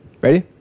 Ready